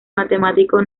matemático